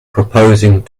proposing